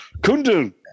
Kundun